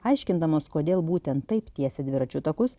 aiškindamas kodėl būtent taip tiesia dviračių takus